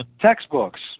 textbooks